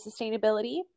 sustainability